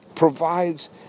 provides